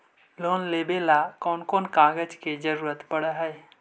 Loan लेबे ल कैन कौन कागज के जरुरत पड़ है?